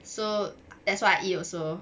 so that's why I eat also